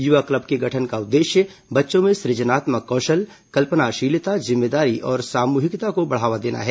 युवा क्लब के गठन का उद्देश्य बच्चों में सुजनात्मक कौशल कल्पनाशीलता जिम्मेदारी और सामूहिकता को बढ़ावा देना है